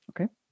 Okay